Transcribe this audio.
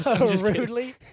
Rudely